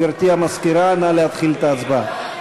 גברתי המזכירה, נא להתחיל את ההצבעה.